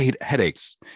Headaches